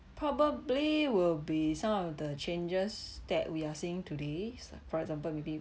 probably will be some of the changes that we are seeing today's for example maybe